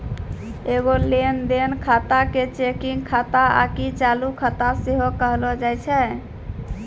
एगो लेन देन खाता के चेकिंग खाता आकि चालू खाता सेहो कहलो जाय छै